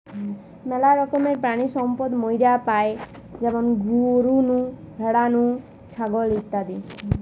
মেলা রকমের প্রাণিসম্পদ মাইরা পাই যেমন গরু নু, ভ্যাড়া নু, ছাগল ইত্যাদি